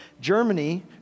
Germany